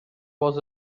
was